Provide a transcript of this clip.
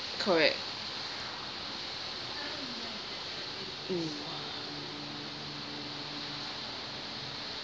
correct mm